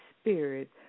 spirit